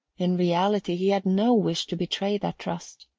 in reality he had no wish to betray that trust.